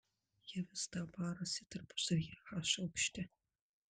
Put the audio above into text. jie vis dar barasi tarpusavyje h aukšte